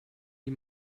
die